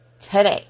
today